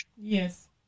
Yes